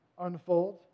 unfold